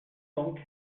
donc